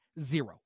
zero